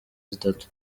zitatu